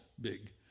big